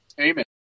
Amen